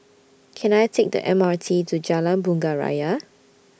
Can I Take The M R T to Jalan Bunga Raya